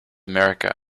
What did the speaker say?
america